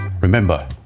Remember